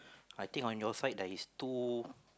I think on your side there is two